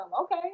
Okay